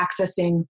accessing